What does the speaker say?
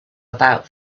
about